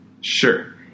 Sure